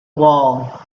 wall